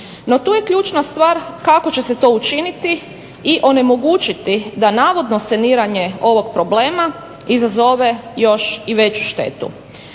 No tu je ključna stvar kako će se to učiniti i onemogućiti da navodno saniranje ovog problema izazove još i veću štetu.